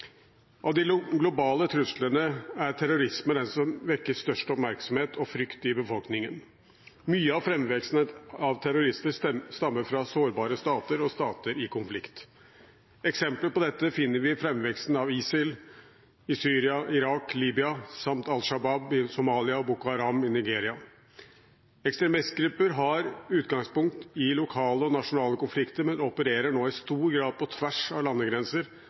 Av de globale truslene er terrorisme den som vekker størst oppmerksomhet og frykt i befolkningen. Mye av framveksten av terrorister stammer fra sårbare stater og stater i konflikt. Eksempler på dette finner vi i framveksten av ISIL i Syria, Irak, Libya samt Al Shabaab i Somalia og Boko Haram i Nigeria. Ekstremistgrupper har utgangspunkt i lokale og nasjonale konflikter, men opererer nå i stor grad på tvers av landegrenser